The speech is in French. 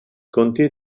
comté